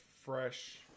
fresh